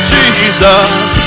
Jesus